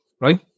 right